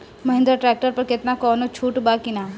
Mahindra tractor पर केतना कौनो छूट बा कि ना?